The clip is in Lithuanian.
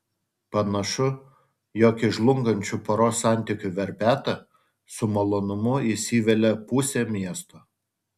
panašu jog į žlungančių poros santykių verpetą su malonumu įsivelia pusė miesto